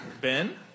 Ben